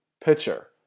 pitcher